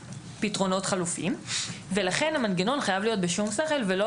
לכן המנגנון חייב להיות בשום שכל ולא יכול להיות שהמנגנון היה דרקוני,